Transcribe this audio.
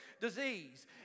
disease